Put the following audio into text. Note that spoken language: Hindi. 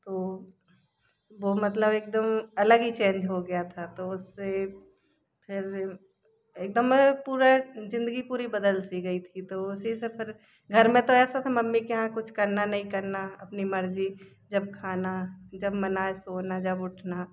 वह वह मतलब एक दम अलग ही चेंज हो गया था तो उससे एक दम में पूरे ज़िंदगी पूरी बदल सी गई थी तो उसी से फिर घर में तो ऐसा था मम्मी के यहाँ कुछ करना नहीं करना अपनी मर्ज़ी जब खाना जब मन आए सोना जब उठना